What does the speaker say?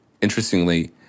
interestingly